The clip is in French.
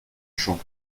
chant